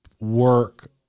work